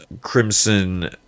crimson